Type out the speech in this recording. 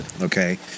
Okay